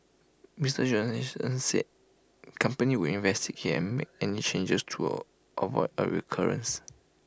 Mister Johnson said company would investigate and make any changes to avoid A recurrence